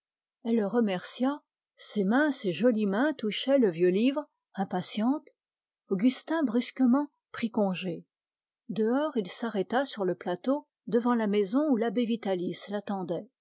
elle le remercia ses mains touchaient le vieux livre impatientes augustin brusquement prit congé il s'arrêta sur le plateau devant la maison où l'abbé vitalis l'attendait